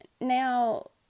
Now